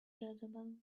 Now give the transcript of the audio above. jezebel